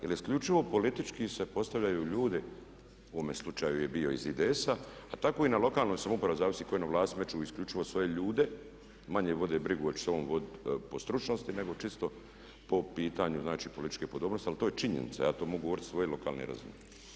Jer isključivo politički se postavljaju ljudi u ovom slučaju je bio iz IDS-a a tako i na lokalnoj samoupravi zavisi tko je na vlasti, imat će isključivo svoje ljude, manje vode brigu hoće se on voditi po stručnosti nego čisto po pitanju znači političke podobnosti, ali to je činjenica, ja to mogu govoriti o svojoj lokalnoj razini.